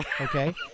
Okay